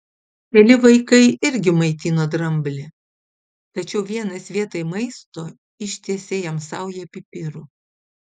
keli vaikai irgi maitino dramblį tačiau vienas vietoj maisto ištiesė jam saują pipirų